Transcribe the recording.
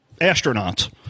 Astronauts